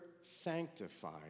sanctified